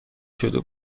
شده